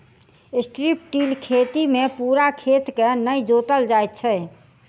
strip till खेती मे पूरा खेत के नै जोतल जाइत छै